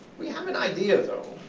we have an idea, though,